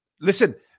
listen